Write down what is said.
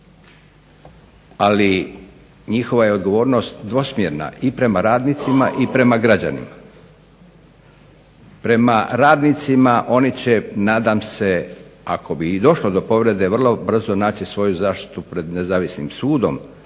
Ali njihova je odgovornost dvosmjerna, i prema radnicima i prema građanima. Prema radnicima oni će nadam se ako bi i došlo do povrede vrlo brzo naći svoju zaštitu pred nezavisnim sudom,